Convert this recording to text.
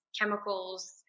chemicals